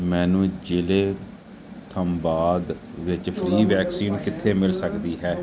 ਮੈਨੂੰ ਜ਼ਿਲ੍ਹੇ ਧੰਬਾਦ ਵਿੱਚ ਫ੍ਰੀ ਵੈਕਸੀਨ ਕਿੱਥੇ ਮਿਲ ਸਕਦੀ ਹੈ